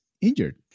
injured